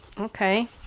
Okay